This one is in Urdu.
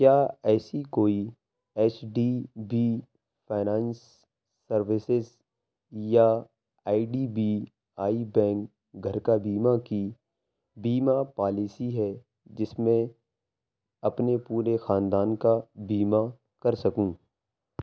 کیا ایسی کوئی H D B finance services یا I D B I bank گھر کا بیمہ کی بیمہ پالیسی ہے جس میں اپنے پورے خاندان کا بیمہ کر سکوں